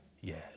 Yes